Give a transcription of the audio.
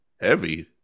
heavy